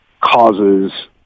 causes